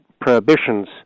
prohibitions